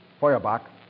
Feuerbach